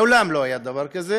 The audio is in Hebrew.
מעולם לא היה דבר כזה,